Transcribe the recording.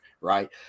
right